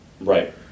Right